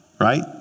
right